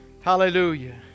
Hallelujah